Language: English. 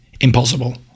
impossible